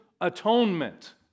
atonement